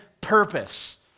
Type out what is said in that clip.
purpose